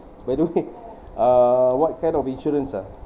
what do you think uh what kind of insurance ah